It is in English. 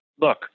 look